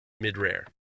mid-rare